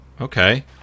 Okay